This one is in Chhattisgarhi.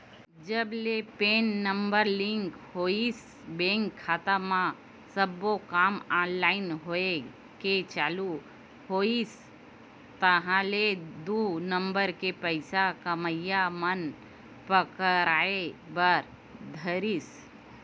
जब ले पेन नंबर लिंक होइस बेंक खाता म सब्बो काम ऑनलाइन होय के चालू होइस ताहले दू नंबर के पइसा कमइया मन पकड़ाय बर धरिस